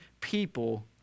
people